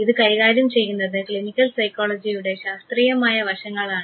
ഇത് കൈകാര്യം ചെയ്യുന്നത് ക്ലിനിക്കൽ സൈക്കോളജിയുടെ ശാസ്ത്രീയമായ വശങ്ങളാണ്